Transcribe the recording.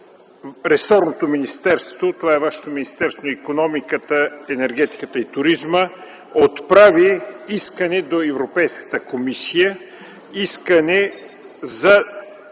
ресорното министерство – това е вашето Министерство на икономиката, енергетиката и туризма, отправи искане до Европейската комисия за